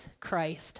Christ